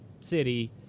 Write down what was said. City